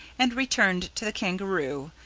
and returned to the kangaroo,